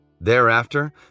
Thereafter